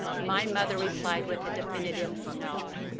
my mother replied with a definitive no.